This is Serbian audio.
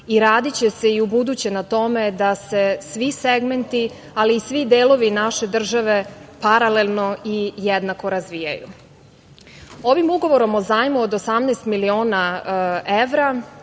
i radiće se i ubuduće na tome da se svi segmenti, ali i svi delovi naše države paralelno i jednako razvijaju. Ovim ugovorom o zajmu od 18 miliona evra